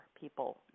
people